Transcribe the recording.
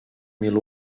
mil